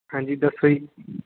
ਹਾਂਜੀ ਦੱਸੋ ਜੀ